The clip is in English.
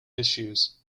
issues